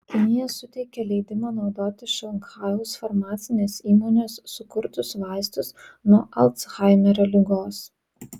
kinija suteikė leidimą naudoti šanchajaus farmacinės įmonės sukurtus vaistus nuo alzhaimerio ligos